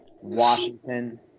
Washington